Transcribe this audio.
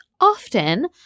often